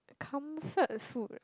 comfort food ah